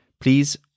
Please